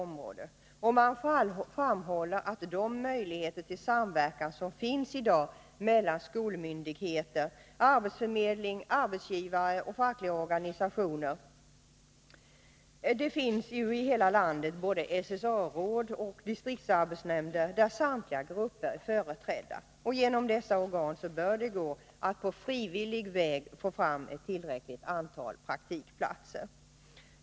Man framhåller de många möjligheter till samverkan som finns i dag mellan skolmyndigheter, arbetsförmedling, arbetsgivare och fackliga organisationer. Det finns i hela landet både SSA-råd och distriktsarbetsnämnder där samtliga grupper är företrädda. Genom dessa organ bör det gå att på frivillig väg få fram tillräckligt antal praktikplatser.